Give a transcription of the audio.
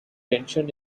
tension